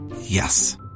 Yes